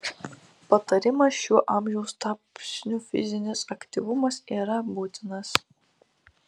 patarimas šiuo amžiaus tarpsniu fizinis aktyvumas yra būtinas